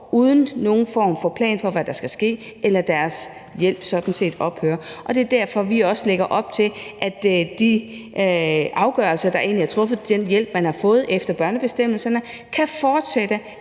uden nogen form for plan for, hvad der skal ske, eller også ophører deres hjælp, og det er derfor, vi også lægger op til, at de afgørelser, der er truffet, den hjælp, man har fået efter børnebestemmelserne, kan fortsætte,